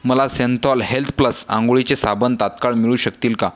मला Cinthol health plus आंघोळीचे साबण तात्काळ मिळू शकतील का